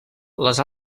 les